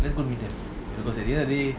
that's gonna be them because at the end of the day